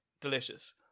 delicious